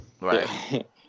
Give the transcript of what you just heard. Right